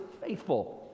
faithful